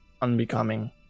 unbecoming